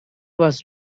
was